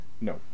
no